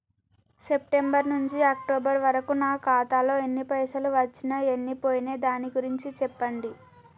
September నుంచి October వరకు నా ఖాతాలో ఎన్ని పైసలు వచ్చినయ్ ఎన్ని పోయినయ్ దాని గురించి చెప్పండి?